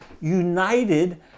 united